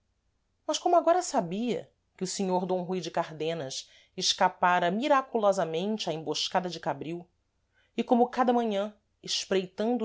mas como agora sabia que o senhor d rui de cardenas escapara miraculosamente à emboscada de cabril e como cada manhã espreitando